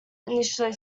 initially